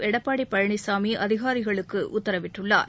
எடப்பாடி பழனிசாமி அதிகாரிகளுக்கு உத்தரவிட்டுள்ளார்